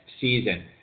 season